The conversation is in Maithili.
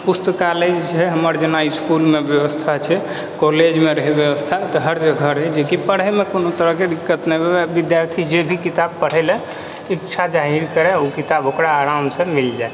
पुस्तकालय जे छै हमर जेना इसकुलमे व्यवस्था छै कॉलेजमे रहै व्यवस्था तऽ हर जगह रहै जे कि पढैमे कोनो तरहके दिक्कत विद्यार्थी जे भी किताब पढै लअ इच्छा जाहिर करै ओ किताब ओकरा आरामसँ मिलि जाइ